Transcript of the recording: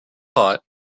hot